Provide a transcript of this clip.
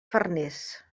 farners